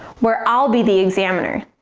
where i'll be the examiner.